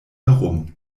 herum